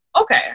okay